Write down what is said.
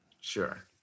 Sure